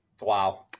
Wow